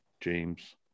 James